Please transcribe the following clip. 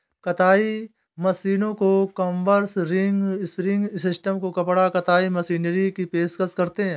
कताई मशीनों को कॉम्बर्स, रिंग स्पिनिंग सिस्टम को कपड़ा कताई मशीनरी की पेशकश करते हैं